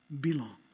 belong